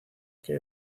que